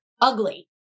ugly